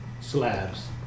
slabs